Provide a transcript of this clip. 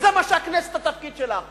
וזה מה שהכנסת, התפקיד שלה עכשיו.